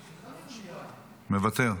מוותר,